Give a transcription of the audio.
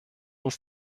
uns